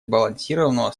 сбалансированного